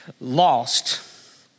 lost